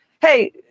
Hey